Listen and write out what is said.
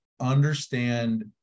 understand